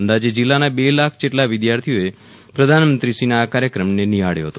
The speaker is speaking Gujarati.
અંદાજે જીલ્લાના બે લાખ જેટલા વિધાર્થીઓએ પ્રધાનમંત્રીશ્રીના આ કાર્યક્રમને નિહાબ્યો હતો